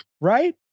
Right